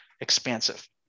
expansive